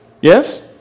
Yes